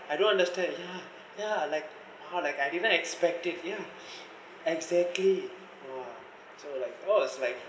I don't understand ya ya like how like I didn't expect it yeah exactly you know so like was like